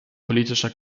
politischer